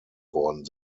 worden